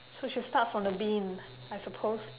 so she start from the bean I suppose